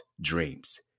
dreams